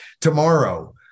tomorrow